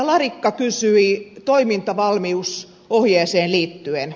larikka kysyi toimintavalmiusohjeeseen liittyen